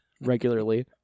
regularly